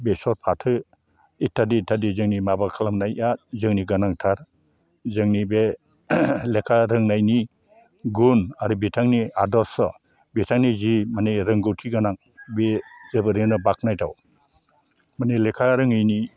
बेसर फाथो इटादि इटादि जोंनि माबा खालामनाया जोंनि गोनांथार जोंनि बे लेखा रोंनायनि गुन आरो बिथांनि आदर्श बिथांनि जि माने रोंगौथि गोनां बे जोबोरैनो बाख्नायथाव माने लेखा रोङैनि